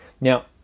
Now